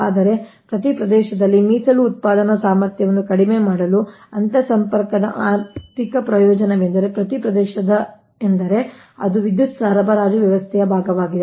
ಆದರೆ ಪ್ರತಿ ಪ್ರದೇಶದಲ್ಲಿ ಮೀಸಲು ಉತ್ಪಾದನಾ ಸಾಮರ್ಥ್ಯವನ್ನು ಕಡಿಮೆ ಮಾಡಲು ಅಂತರ್ಸಂಪರ್ಕದ ಆರ್ಥಿಕ ಪ್ರಯೋಜನವೆಂದರೆ ಪ್ರತಿ ಪ್ರದೇಶ ಎಂದರೆ ಅದು ವಿದ್ಯುತ್ ಸರಬರಾಜು ವ್ಯವಸ್ಥೆ ಭಾಗವಾಗಿದೆ